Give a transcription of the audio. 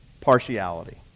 partiality